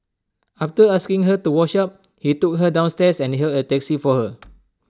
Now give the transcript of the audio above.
after asking her to wash up he took her downstairs and hailed A taxi for her